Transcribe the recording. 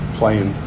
playing